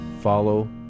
follow